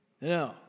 No